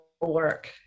work